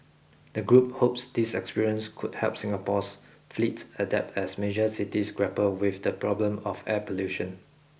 the group hopes this experience could help Singapore's fleet adapt as major cities grapple with the problem of air pollution